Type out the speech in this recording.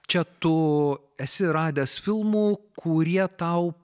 čia tu esi radęs filmų kurie tau